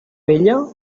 vella